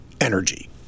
energy